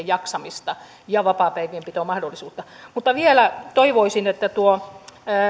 jaksamista ja vapaapäivien pitomahdollisuutta mutta vielä toivoisin että